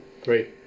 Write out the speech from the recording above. Great